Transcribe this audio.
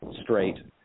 straight